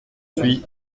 suye